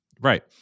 right